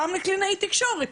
פעם לקלינאית תקשורת,